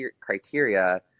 criteria